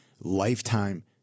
lifetime